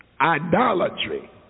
idolatry